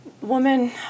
Woman